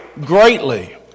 greatly